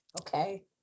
Okay